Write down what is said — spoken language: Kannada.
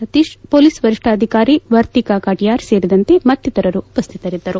ಸತೀಶ್ ಪೊಲೀಸ್ ವರಿಷ್ಣಾಧಿಕಾರಿ ವರ್ತಿಕಾ ಕಠಯಾರ್ ಸೇರಿದಂತೆ ಮತ್ತಿತರು ಉಪಸ್ಥಿತಿರಿದ್ದರು